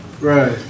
Right